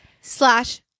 slash